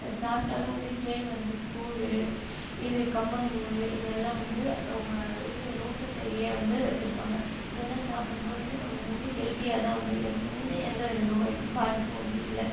அது சாப்டாலும் வந்து கேழ்வரகு கூழ் இது கம்பங்கூழ் இதெல்லாம் வந்து இது ரோட்டு சைடில் வந்து வைச்சிருப்பாங்க இதெல்லாம் சாப்பிடும்போது வந்து நம்மளுக்கு வந்து ஹெல்தியாகதான் வந்து இருக்கும் மிஞ்சி எந்த வித நோயும் பாதிப்பும் வந்து இல்லை